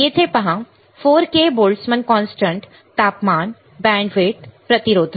येथे पहा 4 k Boltzmann constant तापमान बँडविड्थ प्रतिरोधक